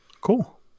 Cool